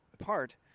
apart